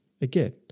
again